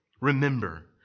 Remember